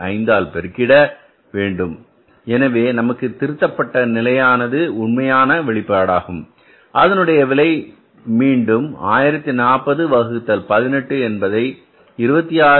5 பெருகிட வேண்டும் எனவே நமக்கு திருத்தப்பட்ட நிலையானது உண்மையான வெளிப்பாடாகும் அதனுடைய விலை மீண்டும் 1040 வகுத்தல் 18 என்பதை 26